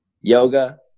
yoga